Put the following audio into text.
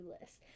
list